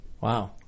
wow